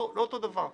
זה לא אותו דבר.